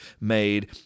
made